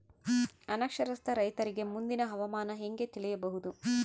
ಅನಕ್ಷರಸ್ಥ ರೈತರಿಗೆ ಮುಂದಿನ ಹವಾಮಾನ ಹೆಂಗೆ ತಿಳಿಯಬಹುದು?